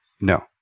No